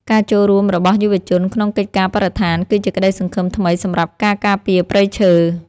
ការចូលរួមរបស់យុវជនក្នុងកិច្ចការបរិស្ថានគឺជាក្តីសង្ឃឹមថ្មីសម្រាប់ការការពារព្រៃឈើ។ការចូលរួមរបស់យុវជនក្នុងកិច្ចការបរិស្ថានគឺជាក្តីសង្ឃឹមថ្មីសម្រាប់ការការពារព្រៃឈើ។